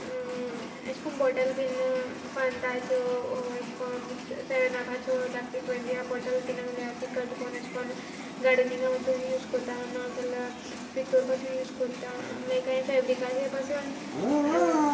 एशे को बॉटल बीन फांताच्यो वो एशे कोन सॅवेन अपाच्यो धाकट्यो ट्वेंटिया बॉटल बीन आहल्या ती कट कोन्न एशें कोन्न गार्डनिंगा बासून यूज कोता नाजाल्यार भितोर बासून यूज कोता लायक कांय फेब्रीकागे बसून